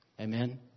Amen